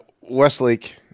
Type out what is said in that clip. Westlake